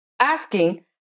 asking